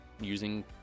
using